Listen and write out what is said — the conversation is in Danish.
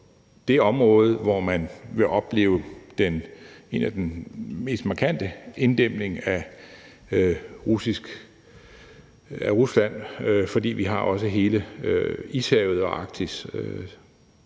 de områder, hvor man vil opleve den mest markante inddæmning af Rusland, fordi vi også har hele Ishavet og Arktis